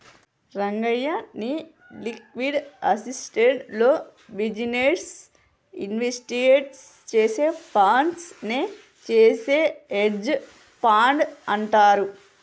రంగయ్య, నీ liquid assets లో business investment చేసే ఫండ్స్ నే చేసే హెడ్జె ఫండ్ అంటారు